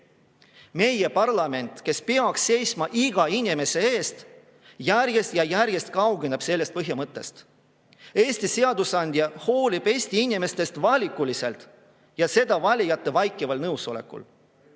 parlament, kes peaks seisma iga inimese eest, järjest ja järjest kaugeneb sellest põhimõttest. Eesti seadusandja hoolib Eesti inimestest valikuliselt, ja seda valijate vaikival nõusolekul.